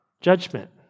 judgment